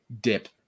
dip